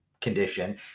condition